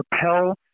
propel